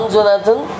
Jonathan